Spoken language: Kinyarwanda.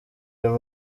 uyu